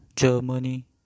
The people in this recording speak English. Germany